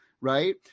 right